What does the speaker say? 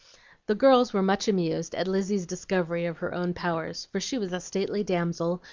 the girls were much amused at lizzie's discovery of her own powers, for she was a stately damsel,